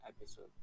episode